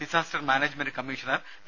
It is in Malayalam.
disaster management commissioner Dr